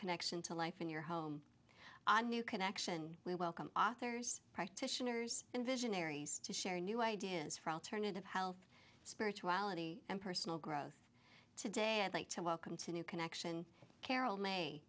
connection to life in your home a new connection we welcome authors practitioners and visionaries to share new ideas for alternative health spirituality and personal growth today i'd like to welcome to new connection carole ma